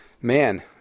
Man